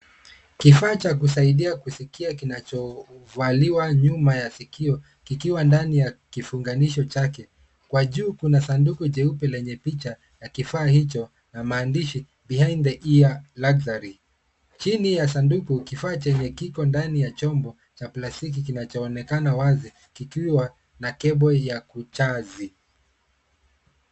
Kifaa cha kusaidia kusikia kinachovaliwa nyuma ya sikio kikiwa ndani ya kifunganisho chake. Kwa juu kuna sanduku jeupe lenye picha ya kifaa hicho na maandishi behind the ear luxury . Chini ya sanduku kifaa chenye kiko ndani ya chombo cha plastiki kinachoonekana wazi kikiwa na cable ya kuchaji.